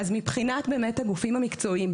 אז מבחינת הגופים המקצועיים,